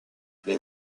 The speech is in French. les